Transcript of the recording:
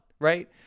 right